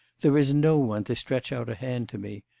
there is no one to stretch out a hand to me.